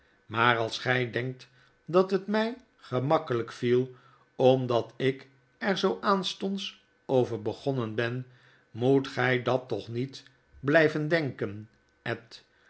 maar als gy denkt dat het mij gemakkelflk viel omdat ik er zoo aanstonds over begonnen ben moet gy dat toch niet blyven denken ed